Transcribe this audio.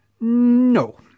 No